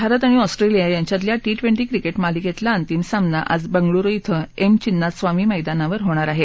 भारत आणि ऑस्ट्रेलिया यांच्यातल्या T twenty cricket मालिकेतला अंतिम सामना आज बंगळुरु क्वें एम चिन्नास्वामी मैदानावर होणार आहे